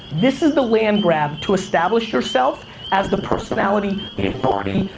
this is the land grab to establish yourself as the personality, the authority,